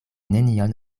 nenion